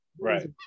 Right